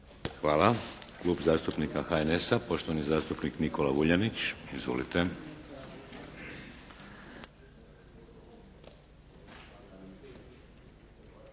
Hvala. Klub zastupnika HNS-a, poštovani zastupnik Nikola Vuljanić. Izvolite!